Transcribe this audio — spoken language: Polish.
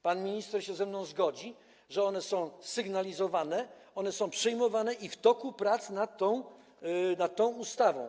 Pan minister się ze mną zgodzi, że one są sygnalizowane, one są przyjmowane i w toku prac nad tą ustawą.